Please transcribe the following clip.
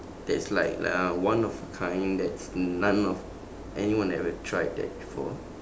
that's like uh one of a kind that's none of anyone ever tried that before